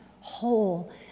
whole